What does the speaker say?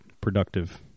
productive